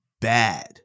bad